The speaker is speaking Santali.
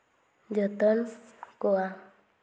ᱡᱚᱛᱚᱱ ᱠᱚᱣᱟ